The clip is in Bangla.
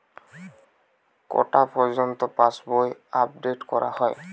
কটা পযর্ন্ত পাশবই আপ ডেট করা হয়?